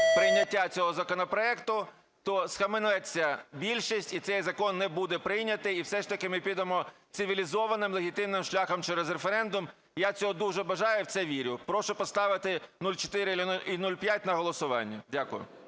прийняття цього законопроекту, то схаменеться більшість і цей закон не буде прийнятий, і все ж таки ми підемо цивілізованим, легітимним шляхом через референдум. Я цього дуже бажаю, в це вірю. Прошу поставити 3104 і 3105 на голосування. Дякую.